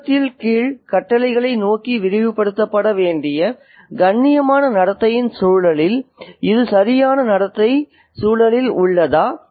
சமூகத்தில் கீழ் கட்டளைகளை நோக்கி விரிவுபடுத்தப்பட வேண்டிய கண்ணியமான நடத்தையின் சூழலில் இந்த சரியான நடத்தை சூழலில் உள்ளதா